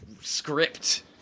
script